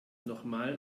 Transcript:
nochmal